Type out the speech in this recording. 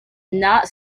not